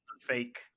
fake